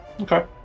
Okay